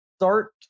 Start